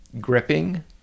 gripping